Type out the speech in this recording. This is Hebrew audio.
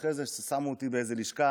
ואחרי זה שמו אותי באיזושהי לשכה,